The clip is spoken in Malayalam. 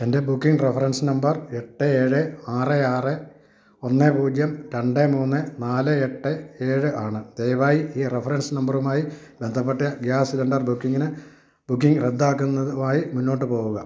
എന്റെ ബുക്കിങ് റഫറൻസ് നമ്പർ എട്ട് ഏഴ് ആറ് ആറ് ഒന്ന് പൂജ്യം രണ്ട് മൂന്ന് നാല് എട്ട് ഏഴ് ആണ് ദയവായി ഈ റഫറൻസ് നമ്പറുമായി ബന്ധപ്പെട്ട ഗ്യാസ് സിലിണ്ടർ ബുക്കിങ്ങിന് ബുക്കിങ് റദ്ദാക്കുന്നതുമായി മുന്നോട്ടു പോകുക